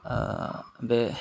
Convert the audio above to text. बे